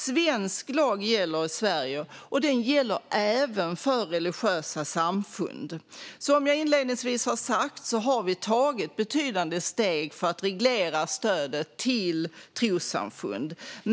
Svensk lag gäller i Sverige, även för religiösa samfund. Som jag inledningsvis sa har vi tagit betydande steg för att reglera stödet till trossamfund.